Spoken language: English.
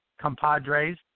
compadres